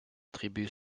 tribu